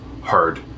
hard